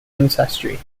ancestry